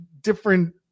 different